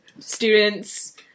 Students